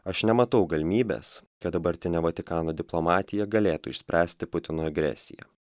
aš nematau galimybės kad dabartinė vatikano diplomatija galėtų išspręsti putino agresiją